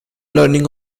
leaning